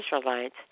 Israelites